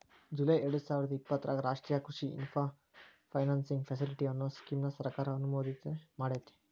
July ಎರ್ಡಸಾವಿರದ ಇಪ್ಪತರಾಗ ರಾಷ್ಟ್ರೇಯ ಕೃಷಿ ಇನ್ಫ್ರಾ ಫೈನಾನ್ಸಿಂಗ್ ಫೆಸಿಲಿಟಿ, ಅನ್ನೋ ಸ್ಕೇಮ್ ನ ಸರ್ಕಾರ ಅನುಮೋದನೆಮಾಡೇತಿ